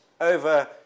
over